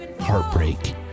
Heartbreak